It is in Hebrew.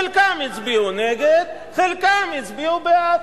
חלקם הצביעו נגד, חלקם הצביעו בעד.